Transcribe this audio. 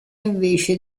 invece